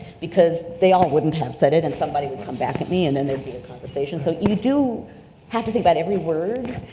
because they all wouldn't have said it, and somebody would come back at me and then there'd be a conversation, so you do have to think about every word,